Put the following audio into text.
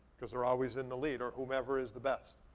cause they're always in the lead, or whomever is the best.